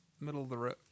middle-of-the-road